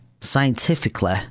scientifically